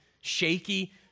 shaky